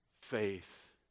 Faith